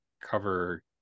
cover